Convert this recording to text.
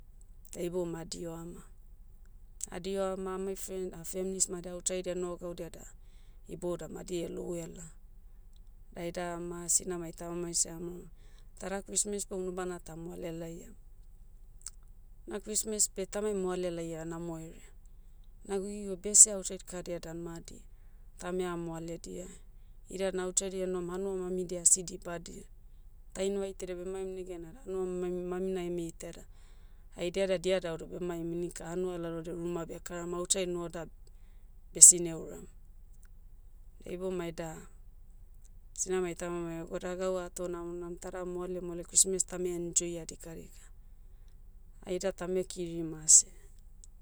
Da ibouma adiho ama. Adiho ama amai fren- femlis madi outside enoh gaudia da, ibouda madi elou ela. Daida ama sinamai tamamai seamaoro, tada christmas beh unubana tamoale laiam. Na christmas beh tame moale laia namo herea. Nago io bese outside kadia dan madi, tamea moaledia. Ida na outside i enom hanua mamidia asi dibadia. Ta invaitidia bemaim negena da hanua maim- mamina eme itaia da. Haidia da dia daudau bemaim inika hanua lalodia ruma bekaram outside noho da, besi neuram. Da iboumai da, sinamai tamamai ego da gau ato namonam, tada moale moale christmas tame enjoy ah dikadika. Haida tame kiri mase.